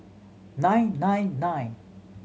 nine nine nine